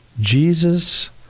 Jesus